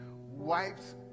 wipes